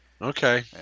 Okay